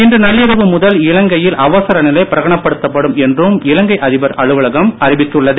இன்று நள்ளிரவு முதல் இலங்கையில் அவசரநிலை பிரகடனப் படுத்தப்படும் என்றும் இலங்கை அதிபர் அலுவலகம் அறிவித்துள்ளது